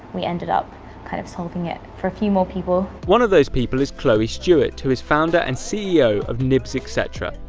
we ended up kind of solving it for a few more people. one of those people is chloe stewart who is founder and ceo of nibs etc,